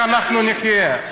איך אנחנו נחיה.